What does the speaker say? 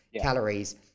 calories